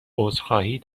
عذرخواهی